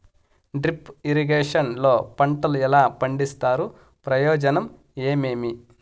Drip irrigation లో పంటలు ఎలా పండిస్తారు ప్రయోజనం ఏమేమి?